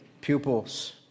pupils